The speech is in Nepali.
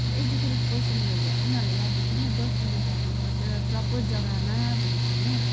एजुकेटेड पर्सन्सहरूले उनीहरूलाई याद हुन्छ नि त डस्बिनमा फ्याँक्नुपर्छ र प्रपर जग्गामा भनेर होइन